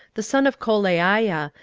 the son of kolaiah,